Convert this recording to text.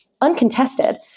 uncontested